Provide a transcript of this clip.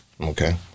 Okay